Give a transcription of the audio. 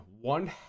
one